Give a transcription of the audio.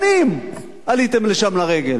שנים עליתם לשם לרגל.